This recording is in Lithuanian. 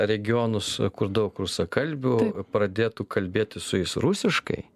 regionus kur daug rusakalbių pradėtų kalbėtis su jais rusiškai